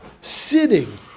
Sitting